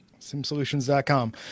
Simsolutions.com